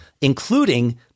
including